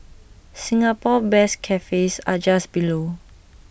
Singapore best cafes are just below